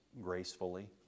gracefully